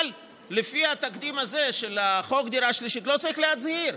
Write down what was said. לפי התקדים הזה של חוק דירה שלישית בכלל לא צריך להצהיר.